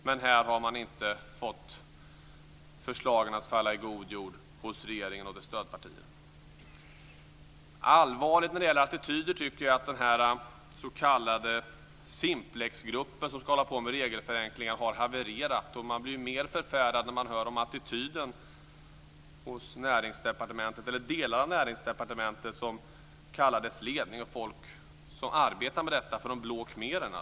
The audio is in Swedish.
Men förslagen har inte fallit i god jord hos regeringen och dess stödpartier. Jag tycker att det är allvarligt att den s.k. Simplexgruppen som ska hålla på med regelförenklingar har havererat. Man blir än mer förfärad när man hör attityden i delar av Näringsdepartementet som kallar dess ledning och folk som arbetar med detta för de blå khmererna.